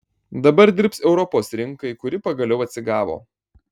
dabar dirbs europos rinkai kuri pagaliau atsigavo